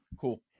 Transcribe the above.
Cool